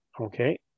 Okay